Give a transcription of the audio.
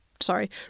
Sorry